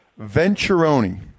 venturoni